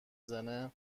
زنه